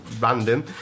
random